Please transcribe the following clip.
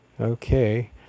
Okay